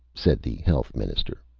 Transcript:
said the health minister.